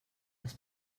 les